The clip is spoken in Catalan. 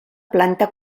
planta